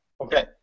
Okay